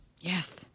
Yes